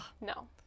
no